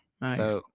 nice